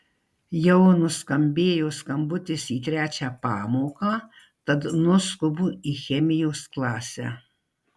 jau nuskambėjo skambutis į trečią pamoką tad nuskubu į chemijos klasę